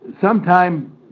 sometime